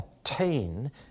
attain